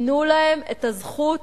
תנו להם את הזכות